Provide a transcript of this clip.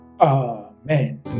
Amen